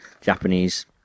Japanese